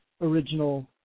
original